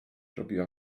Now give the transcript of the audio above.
robiła